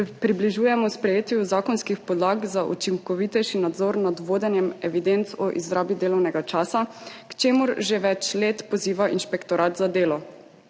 približujemo sprejetju zakonskih podlag za učinkovitejši nadzor nad vodenjem evidenc o izrabi delovnega časa, k čemur že več let poziva Inšpektorat Republike